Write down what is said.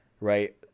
right